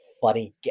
funny